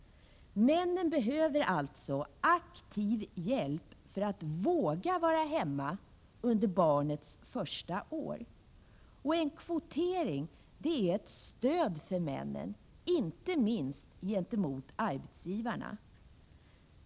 Männen behöver alltså aktiv hjälp för att våga vara hemma under barnets första år. En kvotering är ett stöd till männen inte minst gentemot arbetsgivarna.